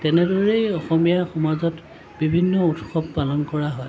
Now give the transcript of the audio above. তেনেদৰেই অসমীয়া সমাজত বিভিন্ন উৎসৱ পালন কৰা হয়